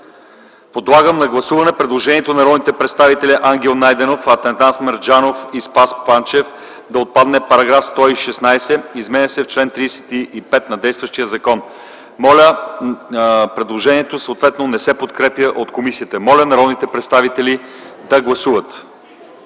Подлагам на гласуване предложението на народните представители Ангел Найденов, Атанас Мерджанов и Спас Панчев да отпадне § 116, изменящ чл. 35 на действащия закон. Предложението не се подкрепя от комисията. Моля народните представители да гласуват.